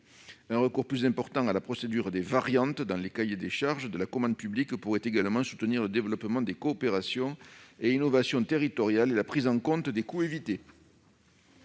Un recours plus important à la procédure des « variantes » dans les cahiers des charges de la commande publique pourrait également soutenir le développement des coopérations et innovations territoriales et la prise en compte des coûts évités.